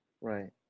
right